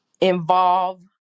involve